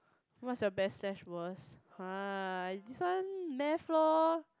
what's your best slash worse !huh! this one math lor